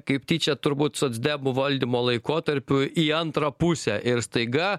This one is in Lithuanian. kaip tyčia turbūt socdemų valdymo laikotarpiu į antrą pusę ir staiga